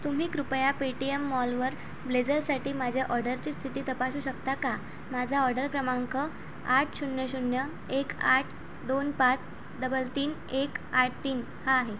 तुम्ही कृपया पेटीएम मॉलवर ब्लेझरसाठी माझ्या ऑर्डरची स्थिती तपासू शकता का माझा ऑर्डर क्रमांक आठ शून्य शून्य एक आठ दोन पाच डबल तीन एक आठ तीन हा आहे